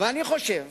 הממשלה